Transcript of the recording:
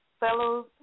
Fellows